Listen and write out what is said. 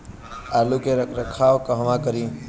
आलू के उपज के रख रखाव कहवा करी?